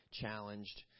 challenged